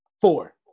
Four